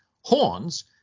horns